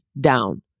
down